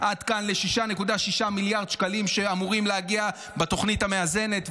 עד כאן ל-6.6 מיליארד שקלים שאמורים להגיע בתוכנית המאזנת,